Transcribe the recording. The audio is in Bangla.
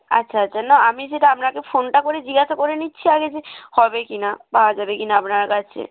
আচ্ছা আচ্ছা না আমি সেটা আপনাকে ফোনটা করে জিজ্ঞাসা করে নিচ্ছি আগে যে হবে কি না পাওয়া যাবে কি না আপনার কাছে